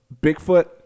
bigfoot